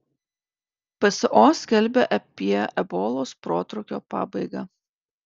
pso skelbia apie ebolos protrūkio pabaigą